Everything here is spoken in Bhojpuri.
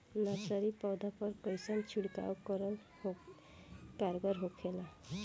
नर्सरी पौधा पर कइसन छिड़काव कारगर होखेला?